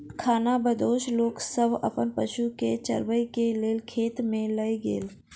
खानाबदोश लोक सब अपन पशु के चरबै के लेल खेत में लय गेल